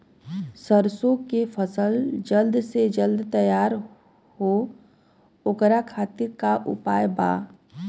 सरसो के फसल जल्द से जल्द तैयार हो ओकरे खातीर का उपाय बा?